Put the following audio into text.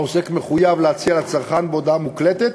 העוסק מחויב להציע לצרכן בהודעה מוקלטת